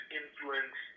influence